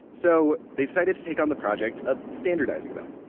so they decided to take on the project of standardizing them.